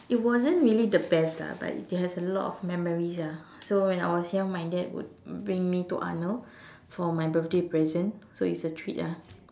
it wasn't really the best lah but it has a lot of memories ah so when I was young my dad would bring me to Arnold for my birthday present so it's a treat ah